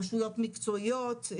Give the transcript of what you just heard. רשויות מקצועיות,